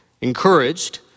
encouraged